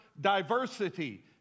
diversity